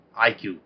IQ